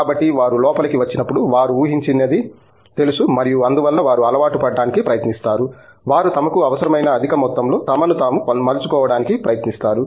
కాబట్టి వారు లోపలికి వచ్చినప్పుడు వారు ఊహించినది తెలుసు మరియు అందువల్ల వారు అలవాటుపడటానికి ప్రయత్నిస్తారు వారు తమకు అవసరమైన అధిక మొత్తంలో తమను తాము మలచుకోవడానికి ప్రయత్నిస్తారు